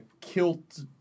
kilt